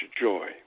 joy